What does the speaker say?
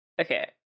Okay